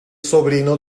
sobrino